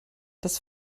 das